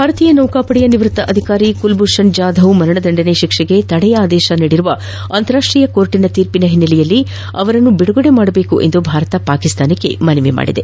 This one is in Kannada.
ಭಾರತೀಯ ನೌಕಾಪಡೆಯ ನಿವೃತ್ತ ಅಧಿಕಾರಿ ಕುಲ್ಭೂಷಣ್ ಜಾಧವ್ ಮರಣದಂಡನೆ ಶಿಕ್ಷೆಗೆ ತಡೆಯಾಜ್ಞೆ ನೀಡಿರುವ ಅಂತಾರಾಷ್ಟೀಯ ನ್ಯಾಯಾಲಯದ ತೀರ್ಪಿನ ಹಿನ್ನೆಲೆಯಲ್ಲಿ ಅವರನ್ನು ಬಿಡುಗಡೆ ಮಾದಬೇಕು ಎಂದು ಭಾರತ ಪಾಕಿಸ್ತಾನಕ್ಕೆ ಮನವಿ ಮಾಡಿದೆ